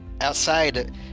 outside